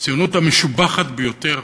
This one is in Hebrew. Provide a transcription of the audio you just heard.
בציונות המשובחת ביותר,